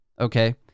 okay